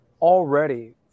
already